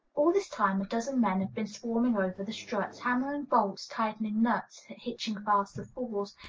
all this time a dozen men have been swarming over the strut, hammering bolts, tightening nuts, hitching fast the falls,